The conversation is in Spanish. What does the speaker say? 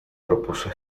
propuso